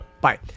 Bye